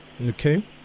okay